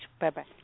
Bye-bye